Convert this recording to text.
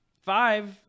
five